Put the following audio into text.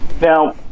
now